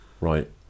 Right